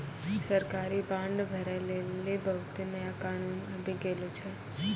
सरकारी बांड भरै लेली बहुते नया कानून आबि गेलो छै